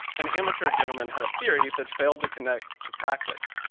an amateur gentlemen had a theory that failed to connect to practice.